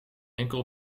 enkel